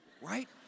Right